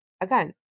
again